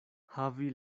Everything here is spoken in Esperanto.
havi